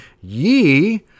ye